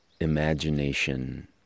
imagination